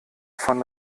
von